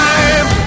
Time